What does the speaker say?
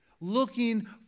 looking